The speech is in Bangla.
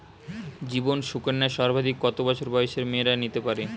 জীবন সুকন্যা সর্বাধিক কত বছর বয়সের মেয়েরা নিতে পারে?